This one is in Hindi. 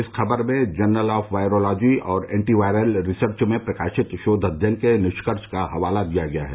इस खबर में जर्नल ऑफ वायरोलॉजी और एंटीवायरल रिसर्च में प्रकाशित शोध अध्ययन के निष्कर्ष का हवाला दिया गया है